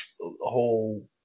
whole